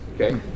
okay